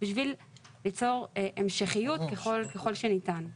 בשביל ליצור המשכיות ככל שניתן.